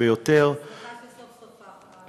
ביותר, אני שמחה שסוף-סוף הנושא הזה הגיע לחקיקה.